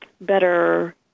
better